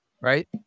right